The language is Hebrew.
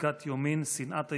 עתיקת יומין, שנאת היהודים,